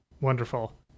Wonderful